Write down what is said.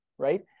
Right